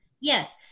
Yes